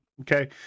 okay